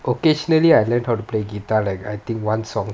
occasionally I learned how to play guitar like I think one song